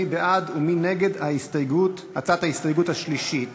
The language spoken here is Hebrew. מי בעד ומי נגד הצעת ההסתייגות השלישית